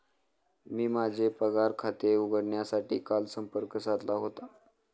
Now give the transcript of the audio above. मी माझे पगार खाते उघडण्यासाठी काल संपर्क साधला होता